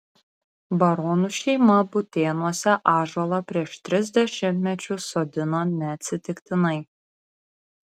baronų šeima butėnuose ąžuolą prieš tris dešimtmečius sodino neatsitiktinai